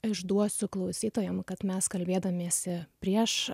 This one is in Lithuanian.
išduosiu klausytojam kad mes kalbėdamiesi prieš